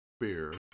beer